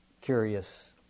curious